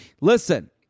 Listen